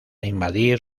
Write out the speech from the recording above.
invadir